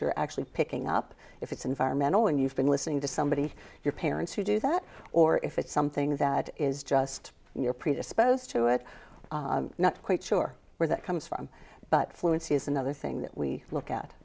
you're actually picking up if it's environmental when you've been listening to somebody your parents who do that or if it's something that is just you're predisposed to it not quite sure where that comes from but fluency is another thing that we look at